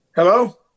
Hello